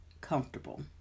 comfortable